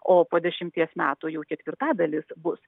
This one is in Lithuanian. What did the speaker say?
o po dešimties metų jau ketvirtadalis bus